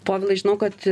povilai žinau kad